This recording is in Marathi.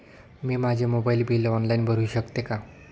मी माझे मोबाइल बिल ऑनलाइन भरू शकते का?